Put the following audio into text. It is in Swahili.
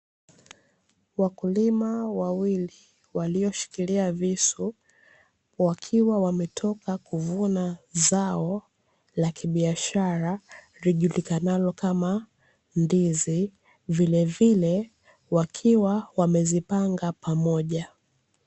Wakulima wawili walioshikilia visu wakiwa wametoka kuvuna zao la kibiashara lijulikanalo kama ndizi vile vile wakiwa wamezipanga pamoja.